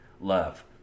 love